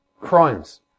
Crimes